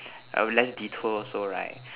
I would less detour also right